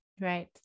Right